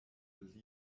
blieben